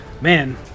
Man